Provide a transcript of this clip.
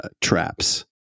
traps